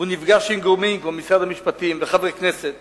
הוא נפגש עם גורמים כמו משרד המשפטים וחברי כנסת